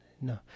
No